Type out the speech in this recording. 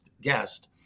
guest